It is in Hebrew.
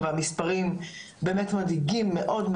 והמספרים באמת מדאיגים מאוד.